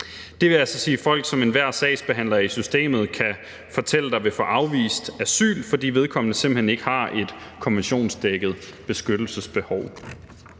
Det vil altså sige folk, som enhver sagsbehandler i systemet kan fortælle dig vil få afvist asyl, fordi vedkommende simpelt hen ikke har et konventionsdækket beskyttelsesbehov.